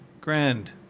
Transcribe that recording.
Grand